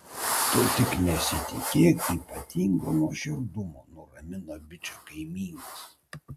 tu tik nesitikėk ypatingo nuoširdumo nuramino bičą kaimynas